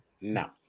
no